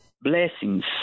blessings